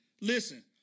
Listen